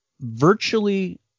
virtually